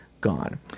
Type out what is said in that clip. gone